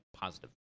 positive